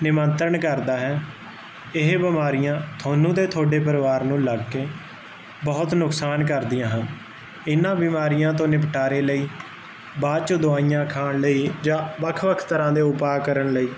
ਨਿਮੰਤਰਨ ਕਰਦਾ ਹੈ ਇਹ ਬਿਮਾਰੀਆਂ ਤੁਹਾਨੂੰ ਤੇ ਤੁਹਾਡੇ ਪਰਿਵਾਰ ਨੂੰ ਲੱਗ ਕੇ ਬਹੁਤ ਨੁਕਸਾਨ ਕਰਦੀਆਂ ਹਨ ਇਹਨਾਂ ਬਿਮਾਰੀਆਂ ਤੋਂ ਨਿਪਟਾਰੇ ਲਈ ਬਾਅਦ ਚ ਦਵਾਈਆਂ ਖਾਣ ਲਈ ਜਾਂ ਵੱਖ ਵੱਖ ਤਰ੍ਹਾਂ ਦੇ ਉਪਾ ਕਰਨ ਲਈ